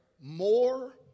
more